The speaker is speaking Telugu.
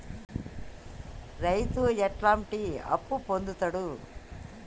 రైతు ఎట్లాంటి అప్పు పొందుతడు?